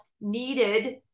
needed